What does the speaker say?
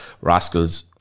Rascals